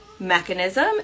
mechanism